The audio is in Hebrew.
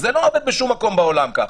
זה לא עובד בשום מקום בעולם ככה.